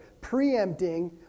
preempting